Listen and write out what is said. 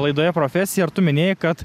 laidoje profesija ir tu minėjai kad